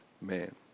man